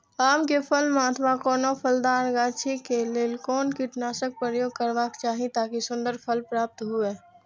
आम क फल में अथवा कोनो फलदार गाछि क लेल कोन कीटनाशक प्रयोग करबाक चाही ताकि सुन्दर फल प्राप्त हुऐ?